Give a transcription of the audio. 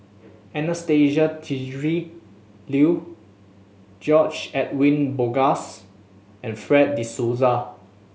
Anastasia Tjendri Liew George Edwin Bogaars and Fred De Souza